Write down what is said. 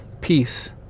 peace